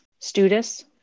Studis